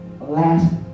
last